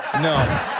No